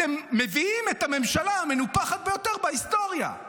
אתם מביאים את הממשלה המנופחת ביותר בהיסטוריה.